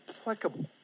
applicable